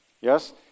Yes